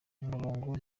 umurongo